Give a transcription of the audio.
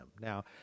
Now